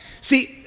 See